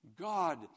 God